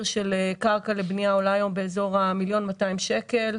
של קרקע לבנייה עולה באזור המיליון ו-200 אלף שקלים,